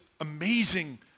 amazing